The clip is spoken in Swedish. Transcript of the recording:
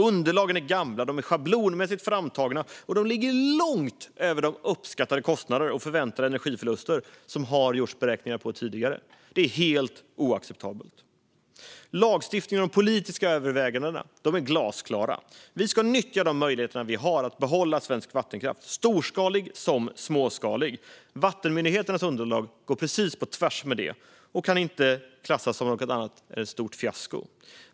Underlagen är gamla och schablonmässigt framtagna och ligger långt över de uppskattade kostnader och förväntade energiförluster som har beräknats tidigare. Det är helt oacceptabelt. Lagstiftningarna och de politiska övervägandena är glasklara: Vi ska nyttja de möjligheter vi har att behålla svensk vattenkraft, storskalig som småskalig. Vattenmyndigheternas underlag går precis på tvärs med detta och kan inte klassas som något annat än ett stort fiasko.